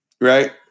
Right